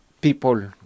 people